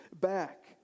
back